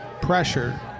pressure